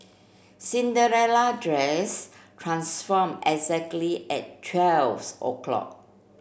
Cinderella dress transform exactly at twelve o'clock